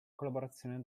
collaborazione